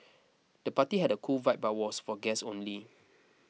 the party had a cool vibe but was for guests only